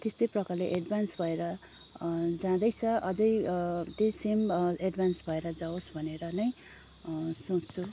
त्यस्तै प्रकारले एडभान्स भएर जाँदैछ अझै त्यही सेम एडभान्स भएर जाओस् भनेर नै सोच्छु